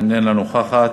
איננה נוכחת,